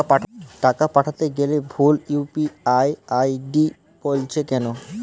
টাকা পাঠাতে গেলে ভুল ইউ.পি.আই আই.ডি বলছে কেনো?